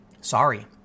Sorry